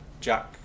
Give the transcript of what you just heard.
Jack